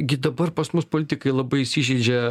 gi dabar pas mus politikai labai įsižeidžia